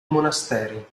monasteri